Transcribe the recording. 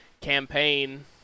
Campaign